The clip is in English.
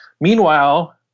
Meanwhile